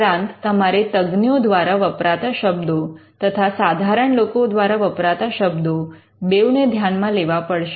ઉપરાંત તમારે તજજ્ઞો દ્વારા વપરાતા શબ્દો તથા સાધારણ લોકો દ્વારા વપરાતા શબ્દો બેઉ ને ધ્યાનમાં લેવા પડશે